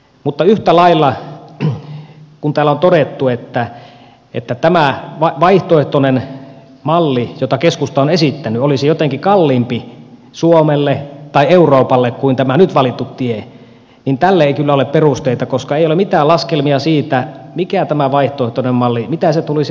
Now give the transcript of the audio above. mutta yhtä lailla kun täällä on todettu että tämä vaihtoehtoinen malli jota keskusta on esittänyt olisi jotenkin kalliimpi suomelle tai euroopalle kuin tämä nyt valittu tie niin tälle ei kyllä ole perusteita koska ei ole mitään laskelmia siitä mitä tämä vaihtoehtoinen malli tulisi maksamaan